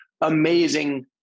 amazing